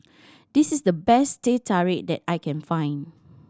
this is the best Teh Tarik that I can find